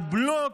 על בלוק,